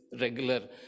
regular